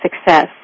success